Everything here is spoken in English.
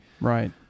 Right